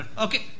okay